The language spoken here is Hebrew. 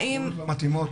עובדות לא מתאימות,